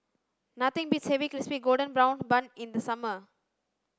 nothing beats having crispy golden brown bun in the summer